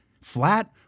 flat